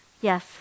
yes